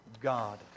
God